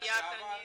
ומיד ענית,